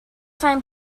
time